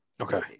okay